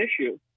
issue